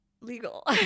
legal